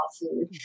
food